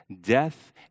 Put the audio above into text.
death